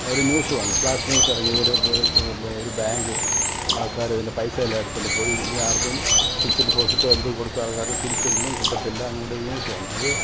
ഒരു ന്യൂസ് വന്നു flash news ഇറങ്ങിയത് പോലെ ഒരു ബാങ്ക് ആൾക്കാരിതിൻ്റെ പൈസ എല്ലാം എടുത്തോണ്ട് പോയി ഇനി ആർക്കും ഫിക്സഡ് ഡിപ്പോസിറ്റോ എന്തും കൊടുത്തെ ആൾക്കാർക്ക് തിരിച്ചൊന്നും കിട്ടത്തില്ല അങ്ങനെ ഒരു ന്യൂസ് വന്നു അത്